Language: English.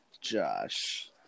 Josh